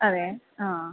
അതെ ആ